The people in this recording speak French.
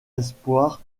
espoirs